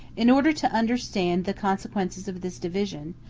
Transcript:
in order to understand the consequences of this division,